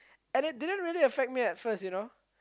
and it didn't really affect me at first you know